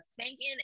spanking